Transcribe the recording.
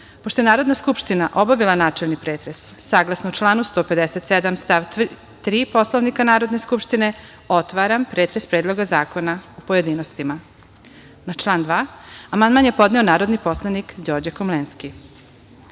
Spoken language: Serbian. je Narodna skupština obavila načelni pretres, saglasno članu 157. stav 3. Poslovnika Narodne skupštine, otvaram pretres Predloga zakona u pojedinostima. Na član 2. amandman je podneo narodni poslanik Đorđe Komlenski. Primili